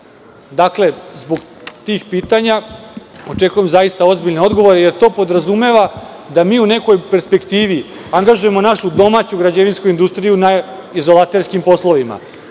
državi. Dakle, zbog tih pitanja očekujem zaista ozbiljne odgovore, jer to podrazumeva da mi u nekoj perspektivi angažujemo našu domaću građevinsku industriju na izolaterskim poslovima,